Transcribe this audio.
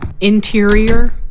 Interior